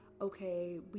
okay